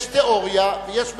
יש תיאוריה ויש מציאות.